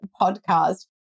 podcast